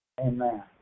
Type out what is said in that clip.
Amen